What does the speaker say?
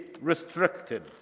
restricted